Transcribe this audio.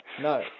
No